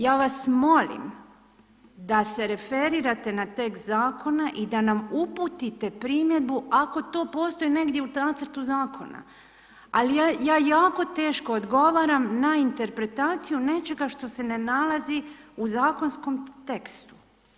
Ja vas molim da se referirate na tekst zakona i da nam uputite primjedbu ako to postoji negdje u nacrtu zakona. ali ja jako teško odgovaram na interpretaciju nečega što se nalazi u zakonskom tekstu.